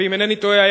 ואם אינני טועה,